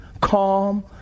calm